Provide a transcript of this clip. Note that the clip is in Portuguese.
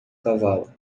cavalo